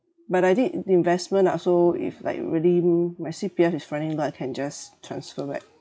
but I did investment lah so if like really my C_P_F is running low I can just transfer back